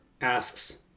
asks